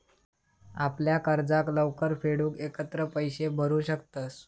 आपल्या कर्जाक लवकर फेडूक एकत्र पैशे भरू शकतंस